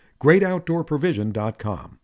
GreatOutdoorProvision.com